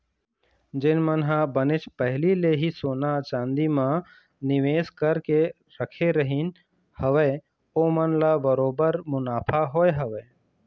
जेन मन ह बनेच पहिली ले ही सोना चांदी म निवेस करके रखे रहिन हवय ओमन ल बरोबर मुनाफा होय हवय